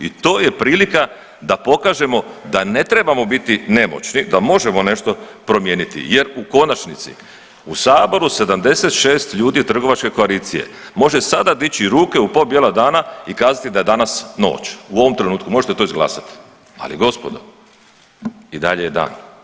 I to je prilika da pokažemo da ne trebamo biti nemoći, da možemo nešto promijeniti jer u konačnici u saboru 76 ljudi je trgovačke koalicije može sada dići ruke u po bijela dana i kazati da je danas noć, u ovom trenutku možete to izglasati, ali gospodo i dalje je dan.